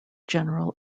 general